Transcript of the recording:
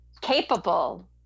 capable